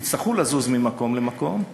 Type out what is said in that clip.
שיצטרכו לזוז ממקום למקום,